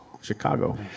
Chicago